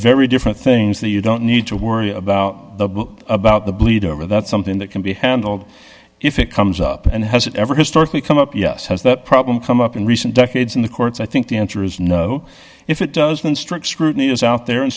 very different things that you don't need to worry about the book about the bleed over that's something that can be handled if it comes up and has it ever historically come up yes has that problem come up in recent decades in the courts i think the answer is no if it does then strict scrutiny is out there